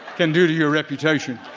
can do to your reputation.